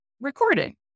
recording